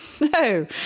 No